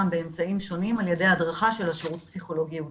באמצעים שונים על ידי הדרכה של השירות הפסיכולוגי ייעוצי.